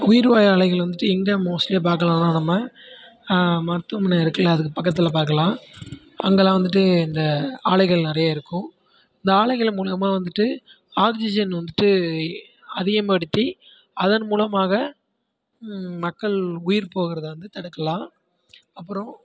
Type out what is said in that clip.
உயிர் வாயு ஆலைகள் வந்துட்டு எங்க மோஸ்லி பார்க்கலாம்னா நம்ம மருத்துவமனை இருக்குல அதுக்கு பக்கத்தில் பார்க்கலாம் அங்கேலாம் வந்துட்டு இந்த ஆலைகள் நிறையா இருக்கும் இந்த ஆலைகள் மூலமாக வந்துட்டு ஆக்சிஜன் வந்துட்டு அதிகம் படுத்தி அதன் மூலமாக மக்கள் உயிர் போகிறத வந்து தடுக்கலாம் அப்பறம்